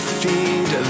feed